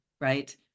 right